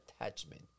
attachment